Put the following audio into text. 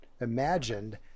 imagined